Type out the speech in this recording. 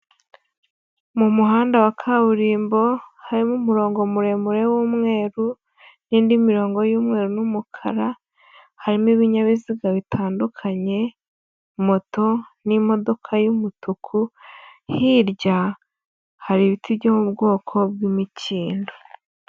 Mu muhanda wa kaburimbo, harimo umurongo muremure w'umweru, n'indi mirongo y'umweru n'umukara, harimo ibinyabiziga bitandukanye, moto, n'imodoka y'umutuku, hirya hari ibiti byo mu bwoko bw'imikindo.